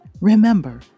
Remember